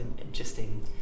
interesting